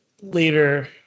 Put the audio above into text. later